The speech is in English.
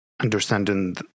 understanding